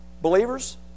Believers